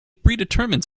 predetermined